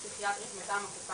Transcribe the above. הפגישה עם הפסיכיאטרית מטעם הקופה,